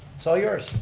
it's all yours.